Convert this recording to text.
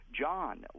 John